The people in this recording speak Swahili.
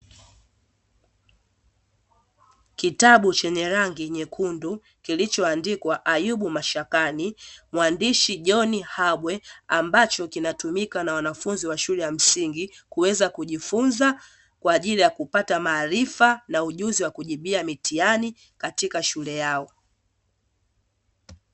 Kitabu chenye rangi nyekundu, kilichoandikwa "Ayubu Mashakani", mwandishi John Habwe, ambacho kinatumika na wanafunzi wa shule ya msingi, kuweza kujifunza kwa ajili ya kupata maarifa na ujuzi wa kujibia mitihani katika shule yao.